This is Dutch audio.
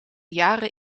jaren